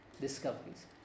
discoveries